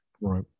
right